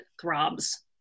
throbs